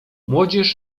młodzież